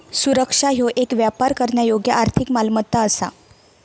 सुरक्षा ह्यो येक व्यापार करण्यायोग्य आर्थिक मालमत्ता असा